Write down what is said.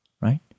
right